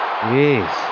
Jeez